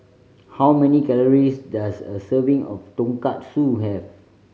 how many calories does a serving of Tonkatsu have